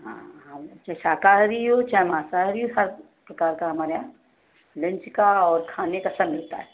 हाँ हाँ वह चाहे शाकाहारी हो चाहे मांसाहारी हो हर प्रकार का हमारे यहाँ लंच का और खाने का सब मिलता है